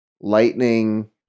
lightning